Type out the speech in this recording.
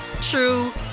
true